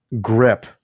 Grip